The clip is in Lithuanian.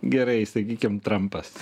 gerai sakykim trampas